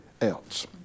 else